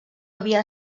havia